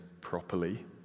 properly